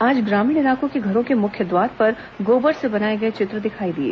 आज ग्रामीण इलाकों के घरों के मुख्य द्वार पर गोबर से बनाए गए चित्र दिखाई दिए